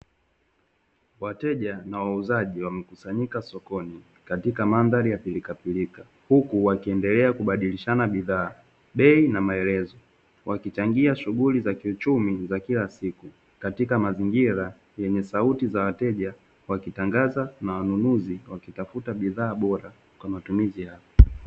Wateja na wauzaji wamekusanyika sokoni katika mandhari ya pirikapirika, huku wakiendelea kubadilishana bidhaa, bei na maelezo. Wakichangia shughuli za kiuchumi za kila siku katika mazingira yenye sauti za wateja wakitangaza, na wanunuzi wakitafuta bidhaa bora kwa matumizi yao.